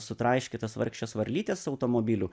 sutraiškytas vargšes varlytes automobilių